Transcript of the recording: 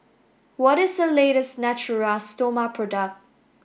what is the latest Natura Stoma product